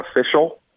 official